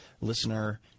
listener